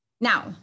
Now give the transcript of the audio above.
Now